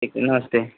ठीक है नमस्ते